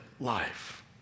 life